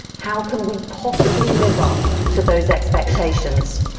how can we possibly live up to those expectations?